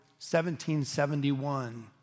1771